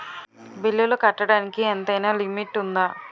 బిల్లులు కట్టడానికి ఎంతైనా లిమిట్ఉందా?